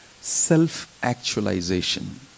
self-actualization